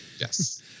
Yes